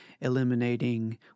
eliminating